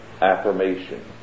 affirmation